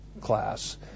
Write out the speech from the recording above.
class